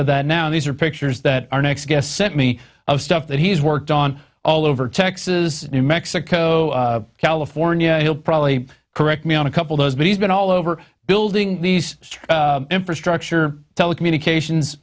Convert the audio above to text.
of that now these are pictures that our next guest sent me of stuff that he's worked on all over texas new mexico california he'll probably correct me on a couple those but he's been all over building these infrastructure telecommunications